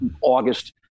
August